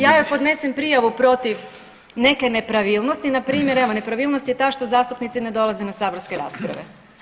Ja podnesem prijavu protiv neke nepravilnosti, npr. evo nepravilnost je ta što zastupnici ne dolaze na saborske rasprave.